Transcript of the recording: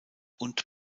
und